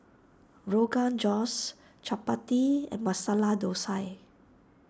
Rogan Josh Chapati and Masala Dosa